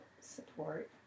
support